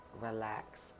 relax